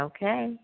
Okay